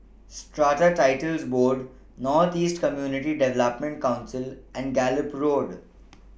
Strata Titles Board North East Community Development Council and Gallop Road